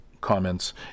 comments